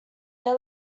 they